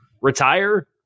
retire